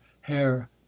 hair